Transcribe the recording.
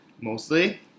mostly